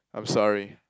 I'm sorry